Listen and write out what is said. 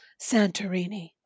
Santorini